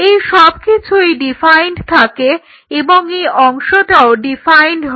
এই সবকিছুই ডিফাইন্ড থাকে এবং এই অংশটাও ডিফাইন্ড হয়